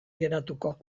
geratuko